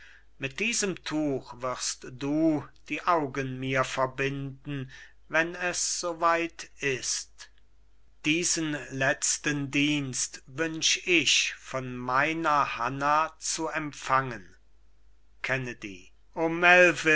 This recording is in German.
mit diesem tuch wirst du die augen mir verbinden wenn es soweit ist diesen letzten dienst wünsch ich von meiner hanna zu empfangen